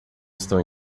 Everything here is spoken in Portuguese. estão